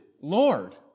Lord